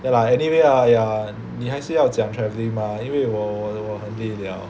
ya lah anyway ah !aiya! 你还是要讲 travelling mah 因为我我很累 liao